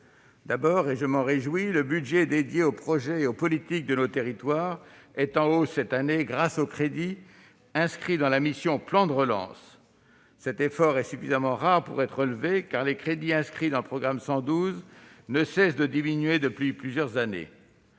D'abord, et je m'en réjouis, le budget consacré aux projets et aux politiques de nos territoires est en hausse, cette année, grâce aux crédits inscrits dans la mission « Plan de relance ». Cet effort est suffisamment rare pour être relevé, car les crédits du programme 112 ne cessent de diminuer depuis plusieurs années.